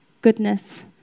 goodness